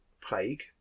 plague